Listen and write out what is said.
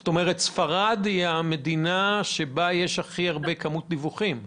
זאת אומרת שספרד היא המדינה שבה כמות הדיווחים הכי גדולה?